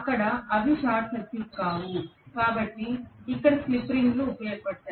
ఇక్కడ అవి short circuit కావు కాబట్టి ఇక్కడ స్లిప్ రింగులు ఉపయోగపడతాయి